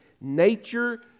Nature